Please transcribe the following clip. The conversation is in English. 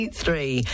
three